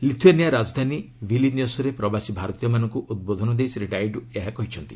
Lithuania ରାଜଧାନୀ ଭିଲିନିୟସ୍ରେ ପ୍ବାସୀ ଭାରତୀୟମାନଙ୍କୁ ଉଦ୍ବୋଧନ ଦେଇ ଶ୍ରୀ ନାଇଡୁ ଏହା କହିଛନ୍ତି